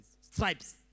Stripes